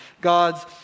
God's